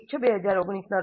2019 ના રોજ